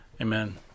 amen